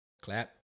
Clap